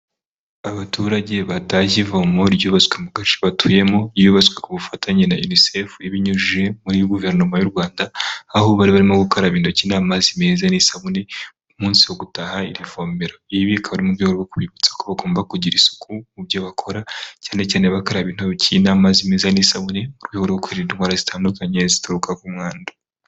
Abaturage batashye ivomo ryubatswe mu gace batuyemo. Yubatswe ku bufatanye na unicefu ibinyujije muri Guverinoma y'u Rwanda, aho bari barimo gukaraba intoki n'amazi meza n'isabune ku munsi wo gutaha iri vumbero. Ibi bikaba ari mu rwego rwo kubibutsa ko bagomba kugira isuku mu byo bakora; cyane cyane bakaraba intoki n'amazi meza n'isabune, mu rwego rwo kwirinda indwara zitandukanye zituruka ku mwanda.